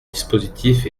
dispositif